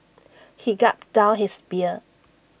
he gulped down his beer